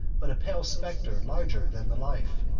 but a pale specter, larger than the life.